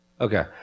Okay